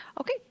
Okay